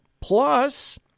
Plus